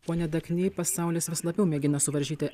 pone dakny pasaulis vis labiau mėgina suvaržyti